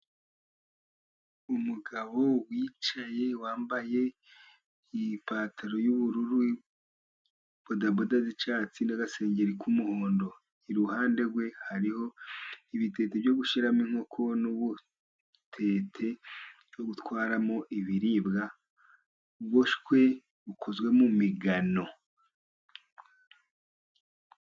Umugabo wicaye, wambaye ipantaro y'ubururu, bodaboda z'icyatsi n'agasengeri k'umuhondo, iruhande rwe hariho ibitete byo gushyiramo inkoko n'ubutete bwo gutwaramo ibiribwa, buboshwe, bukozwe mu migano.